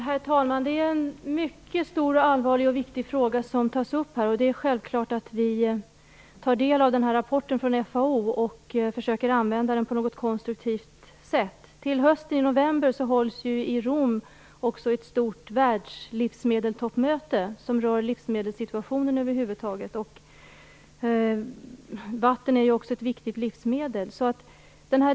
Herr talman! Det är en mycket stor, allvarlig och viktig fråga som tas upp. Det är självklart att vi tar del av rapporten från FAO och försöker använda den på något konstruktivt sätt. Till hösten, i november, hålls i Rom ett stort världslivsmedelstoppmöte, som rör livsmedelssituationen över huvud taget. Vatten är ett viktigt livsmedel.